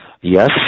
yes